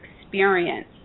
experience